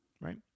Right